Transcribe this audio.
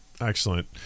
excellent